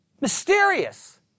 Mysterious